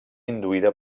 induïda